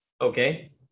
Okay